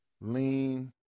lean